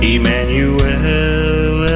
Emmanuel